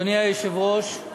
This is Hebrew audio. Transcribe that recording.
אדוני היושב-ראש,